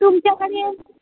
तुमच्याकडे